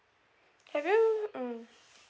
have you mm